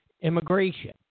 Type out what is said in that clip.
immigration